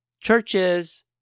churches